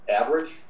average